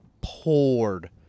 poured